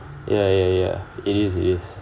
ya ya ya it is it is